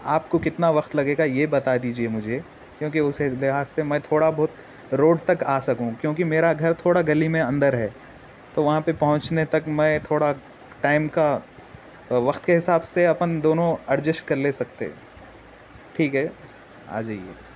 آپ کو کتنا وقت لگے گا یہ بتا دیجئے مجھے کیوں کہ اُسی لحاظ سے میں تھوڑا بہت روڈ تک آ سکوں کیوں کہ میرا گھر تھوڑا گلی میں اندر ہے تو وہاں پہ پہنچنے تک میں تھوڑا ٹائم کا وقت کے حساب سے دونوں ایڈجسٹ کر لے سکتے ٹھیک ہے آ جائیے